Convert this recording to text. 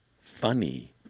Funny